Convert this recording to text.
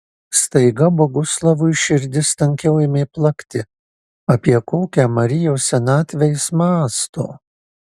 staiga boguslavui širdis tankiau ėmė plakti apie kokią marijos senatvę jis mąsto